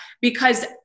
because-